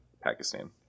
Pakistan